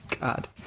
God